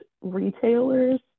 retailers